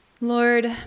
Lord